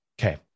Okay